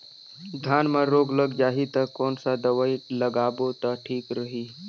धान म रोग लग जाही ता कोन सा दवाई लगाबो ता ठीक रही?